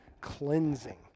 cleansing